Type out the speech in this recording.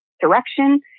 direction